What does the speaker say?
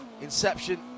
Inception